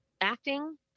acting